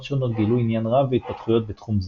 שונות גילו עניין רב בהתפתחויות בתחום זה.